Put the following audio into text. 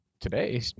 today